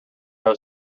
know